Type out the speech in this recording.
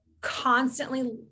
constantly